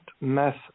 Math